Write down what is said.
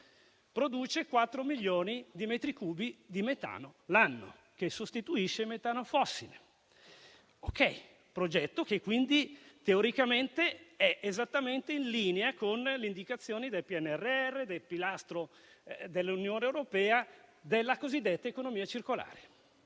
produce 4 milioni di metri cubi di metano l'anno, che sostituisce il metano fossile. Si tratta di un progetto che quindi teoricamente è esattamente in linea con l'indicazione del PNRR e del pilastro dell'Unione europea della cosiddetta economia circolare.